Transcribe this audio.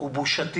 זאת בושה.